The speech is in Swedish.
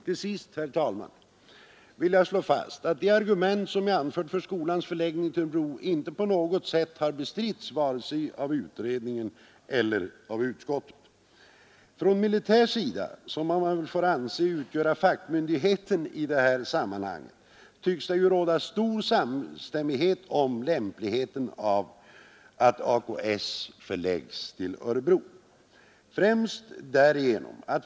Till sist, herr talman, vill jag slå fast att de argument jag anfört för skolans förläggning till Örebro inte på något sätt har bestridits av utredningen, departementschefen eller utskottet. Från militär sida, där man väl ändå representerar fackmyndigheten i detta sammanhang, tycks det råda stor samstämmighet om lämpligheten av att AKS förläggs till Örebro.